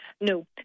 No